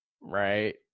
right